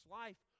life